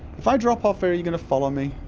if i drop off here, are you gonna follow me?